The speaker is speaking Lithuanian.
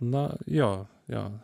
na jo jo